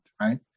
right